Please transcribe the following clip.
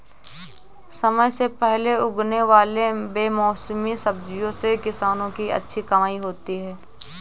समय से पहले उगने वाले बेमौसमी सब्जियों से किसानों की अच्छी कमाई होती है